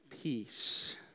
peace